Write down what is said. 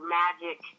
magic